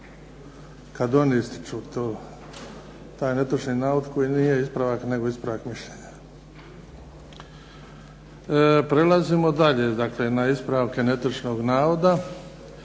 kada oni ističu taj netočni navod koji nije ispravak nego ispravak mišljenja. Prelazimo dalje na ispravke netočnog navoda,